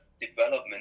development